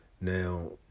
Now